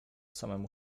samemu